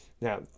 now